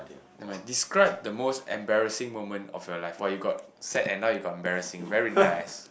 never mind describe the most embarrassing moment of your life ah you got sad and now you got embarrassing very nice